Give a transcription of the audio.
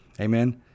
Amen